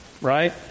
Right